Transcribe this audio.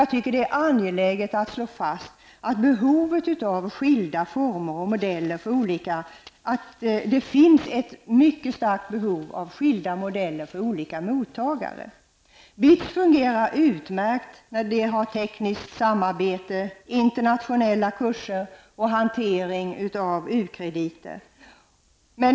Jag tycker att det är angeläget att slå fast att det finns ett mycket starkt behov av skilda former och modeller för olika mottagare. BITS fungerar utmärkt när det gäller tekniskt samarbete och internationella kurser samt hantering av ulandskrediter.